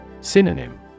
Synonym